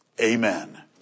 Amen